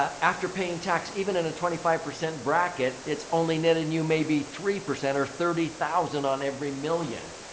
after paying tax even in a twenty five percent bracket, it's only knitting you may be three percent or thirty thousand on every million.